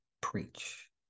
preach